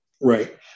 Right